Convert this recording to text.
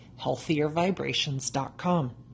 healthiervibrations.com